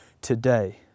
today